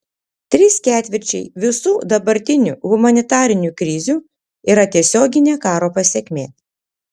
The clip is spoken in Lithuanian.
trys ketvirčiai visų dabartinių humanitarinių krizių yra tiesioginė karo pasekmė